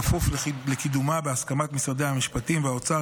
בכפוף לקידומה בהסכמת משרדי המשפטים והאוצר.